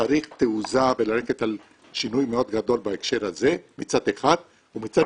צריך תעוזה וללכת על שינוי מאוד גדול בהקשר הזה מצד אחד ומצד